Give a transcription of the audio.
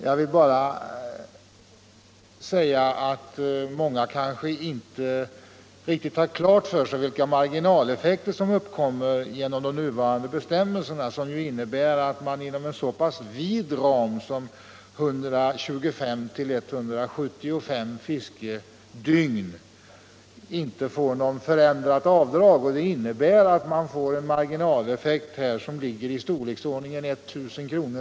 Jag vill bara säga att många kanske inte riktigt har klart för sig vilka marginaleffekter som uppkommer genom de nuvarande bestämmelserna, som innebär att man inom en så pass vid ram som 125-175 fiskedygn inte får förändrat avdrag. Det medför en marginaleffekt i storleksordningen 1 000 kr.